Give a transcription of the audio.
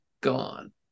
gone